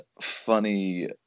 funny